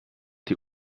die